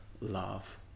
love